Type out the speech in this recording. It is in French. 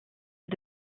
est